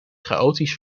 chaotisch